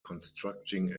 constructing